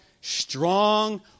strong